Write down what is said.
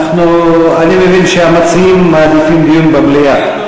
אני מבין שהמציעים מעדיפים דיון במליאה,